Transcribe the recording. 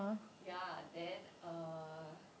ya then err